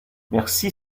merci